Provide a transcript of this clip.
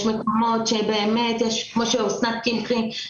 יש מקומות שבאמת כמו שאמרה אסנת קמחי,